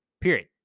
period